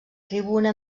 tribuna